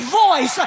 voice